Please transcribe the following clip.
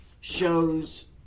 shows